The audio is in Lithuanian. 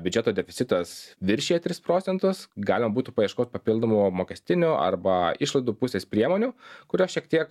biudžeto deficitas viršija tris procentus galima būtų paieškot papildomų mokestinių arba išlaidų pusės priemonių kurios šiek tiek